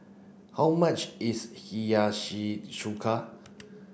how much is Hiyashi Chuka